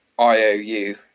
IOU